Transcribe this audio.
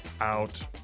out